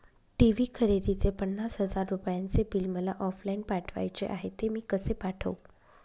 TV खरेदीचे पन्नास हजार रुपयांचे बिल मला ऑफलाईन पाठवायचे आहे, ते मी कसे पाठवू?